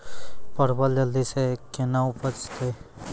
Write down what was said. परवल जल्दी से के ना उपजाते?